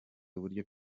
uburyo